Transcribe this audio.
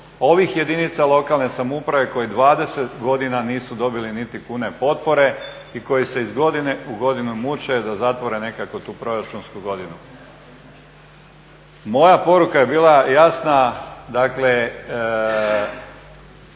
ovih jedinica lokalne samouprave koje 20 godina nisu dobile niti kune potpore i koje se iz godine u godinu muče da zatvore nekako tu proračunsku godinu. Moja poruka je bila jasna, dakle